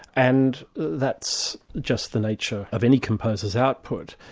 and that's just the nature of any composer's output.